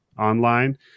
online